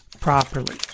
properly